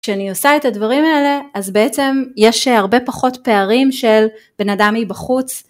כשאני עושה את הדברים האלה אז בעצם יש הרבה פחות פערים של בן אדם מבחוץ